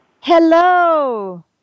Hello